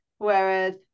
Whereas